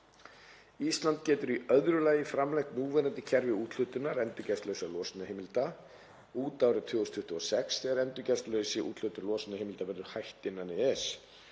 Ísland getur í öðru lagi framlengt núverandi kerfi úthlutunar endurgjaldslausra losunarheimilda út árið 2026 þegar endurgjaldslausri úthlutun losunarheimilda verður hætt innan EES.